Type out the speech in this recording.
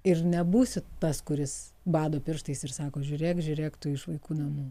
ir nebūsiu tas kuris bado pirštais ir sako žiūrėk žiūrėk tu iš vaikų namų